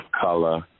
color